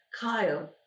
Kyle